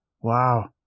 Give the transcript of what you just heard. Wow